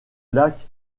lac